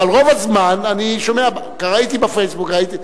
אבל רוב הזמן אני שומע: "ראיתי בפייסבוק".